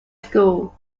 school